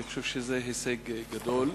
אני חושב שזה הישג גדול.